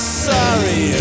sorry